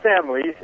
families